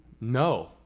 No